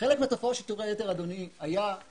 חלק מתופעת שיטור היתר היה במפגש,